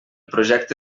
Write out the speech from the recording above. projecte